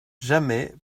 jamais